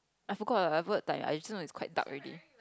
I forgot whatever the time I just know is quite dark already